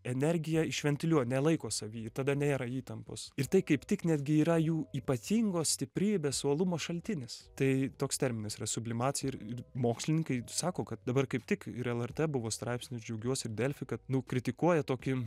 energiją išventiliuoja nelaiko savy tada nėra įtampos ir tai kaip tik netgi yra jų ypatingos stiprybės uolumo šaltinis tai toks terminas yra sublimacija ir ir mokslininkai sako kad dabar kaip tik ir lrt buvo straipsnių džiaugiuosi ir delfi kad nu kritikuoja tokį